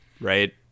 right